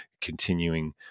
continuing